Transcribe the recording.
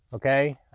okay.